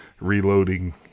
reloading